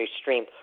stream